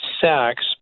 Sex